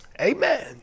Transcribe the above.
Amen